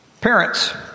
Parents